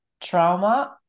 trauma